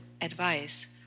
advice